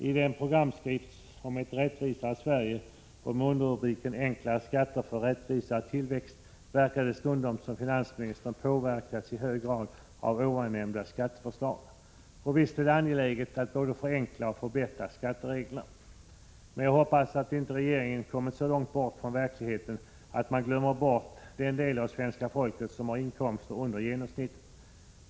I programskriften ”Om ett rättvisare Sverige” och med underrubriken ”Enkla skatter för rättvisa och tillväxt” verkar det stundom som om finansministern i hög grad påverkats av ovannämnda skatteförslag. Och visst är det angeläget att både förenkla och förbättra skattereglerna. Men jag hoppas att regeringen inte kommit så långt bort från verkligheten att man glömmer bort den del av svenska folket som har inkomster under genomsnittet.